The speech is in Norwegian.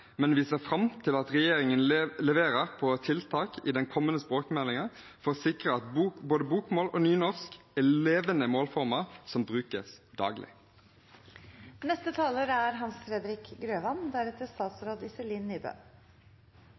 men vi ser fram til at regjeringen leverer på tiltak i den kommende språkmeldingen for å sikre at både bokmål og nynorsk er levende målformer som brukes